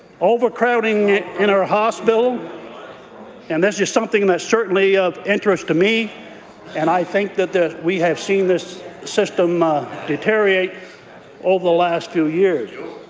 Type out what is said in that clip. overcrowding in our hospitals and this is something that's certainly of interest to me and i think that we have seen this system ah deteriorate over the last few years.